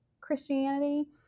Christianity